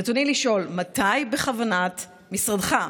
רצוני לשאול: מתי בכוונת משרדך,